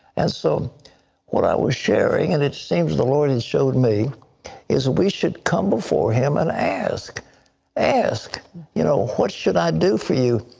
so what i was sharing and it seems the lord has showed me is we should come before him and ask ask you know what should i do for you?